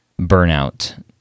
burnout